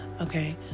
Okay